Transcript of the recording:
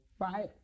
Right